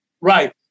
Right